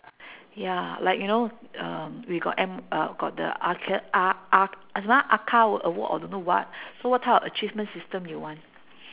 ya like you know um we got M uh got the ECHA E~ E~ what ECHA award or don't know what so what type of achievement system do you want